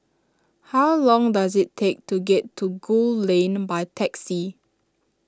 how long does it take to get to Gul Lane by taxi